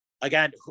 Again